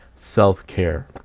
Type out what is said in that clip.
self-care